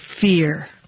fear